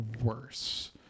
worse